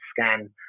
scan